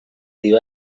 dio